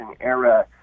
era